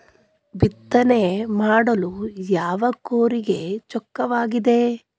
ಬಿತ್ತನೆ ಮಾಡಲು ಯಾವ ಕೂರಿಗೆ ಚೊಕ್ಕವಾಗಿದೆ?